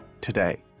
today